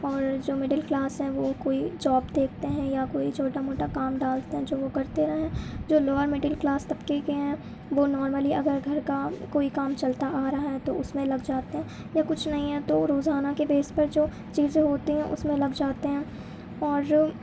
اور جو middle class ہیں وہ کوئی جاب دیکھتے ہیں یا کوئی چھوٹا موٹا کام ڈالتے ہیں جو وہ کرتے رہیں جو لوور مڈل کلاس طبقے کے ہیں وہ نارملی اگر گھر کا کوئی کام چلتا آ رہا ہے تو اس میں لگ جاتے ہیں یا کچھ نہیں ہے تو روزانہ کی بیس پر جو چیزیں ہوتی ہیں اس میں لگ جاتے ہیں اور